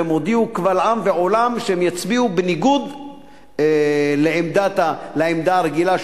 הם הודיעו קבל עם ועולם שהם יצביעו בניגוד לעמדה הרגילה,